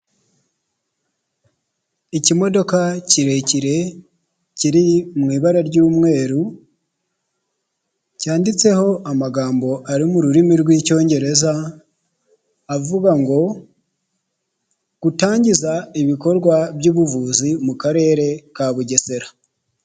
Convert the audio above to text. Ikimodoka kirekire kiri mu ibara ry'umweru, cyanditseho amagambo ari mu rurimi rw'icyongereza avuga ngo gutangiza ibikorwa by'ubuvuzi mu karere ka Bugesera.